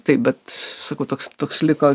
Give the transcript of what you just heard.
taip bet sakau toks toks liko